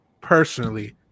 personally